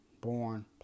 born